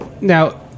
now